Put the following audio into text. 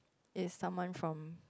is someone from